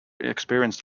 experienced